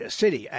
city